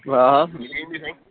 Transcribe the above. हा मिली वेंदी साईं